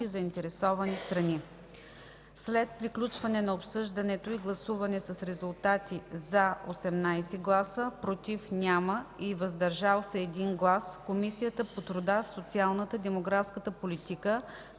заинтересовани страни. След приключване на обсъждането и гласуване с резултати: „за” – 18 гласа, „против” – няма, и „въздържал се” – 1 глас, Комисията по труда, социалната и демографската политика